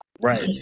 Right